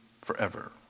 forever